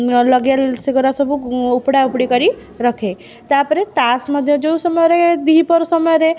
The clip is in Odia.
ଲଗିଆ ସେଗୁଡ଼ା ସବୁ ଉପୁଡ଼ା ଉପୁଡ଼ି କରି ରଖେ ତାପରେ ତାସ୍ ମଧ୍ୟ ଯେଉଁ ସମୟରେ ଦୁଇ ପହର ସମୟରେ